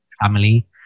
family